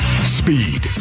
Speed